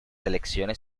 elecciones